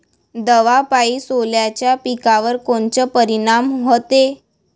दवापायी सोल्याच्या पिकावर कोनचा परिनाम व्हते?